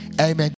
amen